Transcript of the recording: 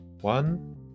one